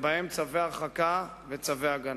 ובהם צו הרחקה וצווי הגנה.